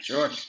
Sure